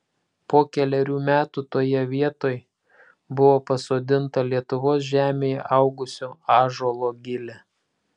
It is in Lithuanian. po kelerių metų toje vietoj buvo pasodinta lietuvos žemėje augusio ąžuolo gilė